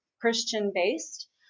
Christian-based